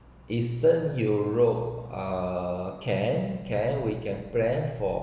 eastern europe uh can can we can plan for